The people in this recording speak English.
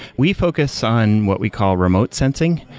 we focus on what we call remote sensing.